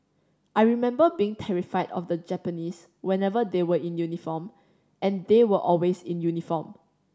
I remember being terrified of the Japanese whenever they were in uniform and they were always in uniform